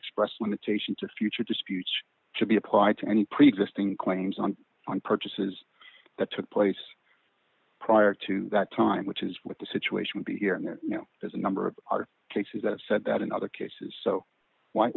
express limitation to future disputes should be applied to any preexisting claims on on purchases that took place prior to that time which is what the situation would be here you know there's a number of other cases that have said that in other cases so why